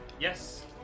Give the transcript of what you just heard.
Yes